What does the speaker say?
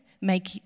make